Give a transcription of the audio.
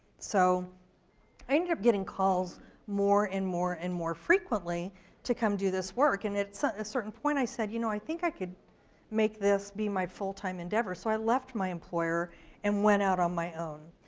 so i ended up getting calls more and more and more frequently to come do this work, and at a certain point i said, you know i think i could make this be my full-time endeavor. so i left my employer and went out on my own.